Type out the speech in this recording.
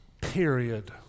period